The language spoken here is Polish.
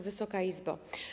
Wysoka Izbo!